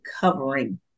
covering